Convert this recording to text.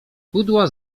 chudła